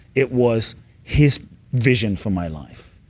it was his vision for my life,